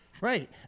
right